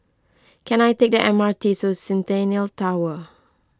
can I take the M R T to Centennial Tower